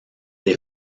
des